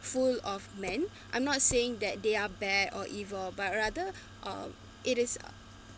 full of man I'm not saying that they are bad or evil but rather oh it is